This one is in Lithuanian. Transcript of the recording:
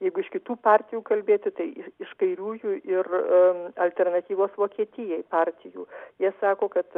jeigu iš kitų partijų kalbėti tai i iš kairiųjų ir alternatyvos vokietijai partijų jie sako kad